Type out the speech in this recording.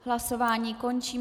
Hlasování končím.